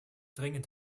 dringend